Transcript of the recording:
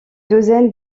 douzaine